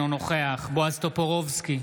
אינו נוכח בועז טופורובסקי,